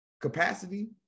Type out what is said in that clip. capacity